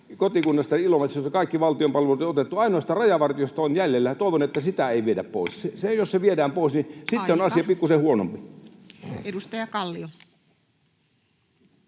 Kotikunnassani Ilomantsissa, josta kaikki valtion palvelut on jo otettu, ainoastaan Rajavartiosto on jäljellä, ja toivon, että sitä ei viedä pois. Se jos viedään pois, niin sitten on asia pikkusen huonompi. Aika. — Edustaja Kallio.